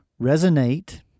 resonate